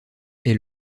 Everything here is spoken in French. est